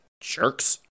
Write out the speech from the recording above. jerks